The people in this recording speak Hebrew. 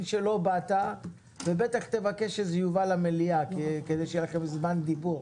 שלא באת ובטח תבקש שזה יובא למליאה כדי שיהיה לכם זמן דיבור,